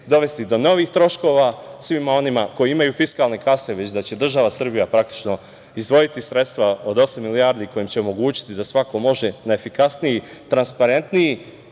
dovesti do novih troškova svima onima koji imaju fiskalne kase, već da će država Srbija praktično izdvojiti sredstva od osam milijardi kojima će omogućiti da svako može na efikasniji, transparentniji